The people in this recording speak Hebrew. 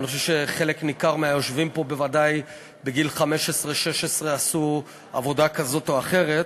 אני חושב שחלק ניכר מהיושבים פה עשו עבודה כזאת או אחרת